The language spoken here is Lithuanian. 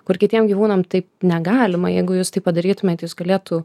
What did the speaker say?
kur kitiem gyvūnam taip negalima jeigu jūs taip padarytumėt jus galėtų